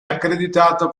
accreditato